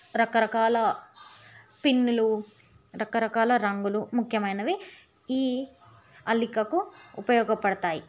రకరకాల పిన్నులు రకరకాల రంగులు ముఖ్యమైనవి ఈ అల్లికకు ఉపయోగపడతాయి